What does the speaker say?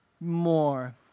more